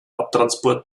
abtransport